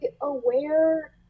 aware